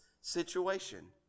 situation